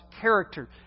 character